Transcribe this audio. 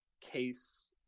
case